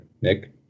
Nick